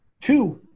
two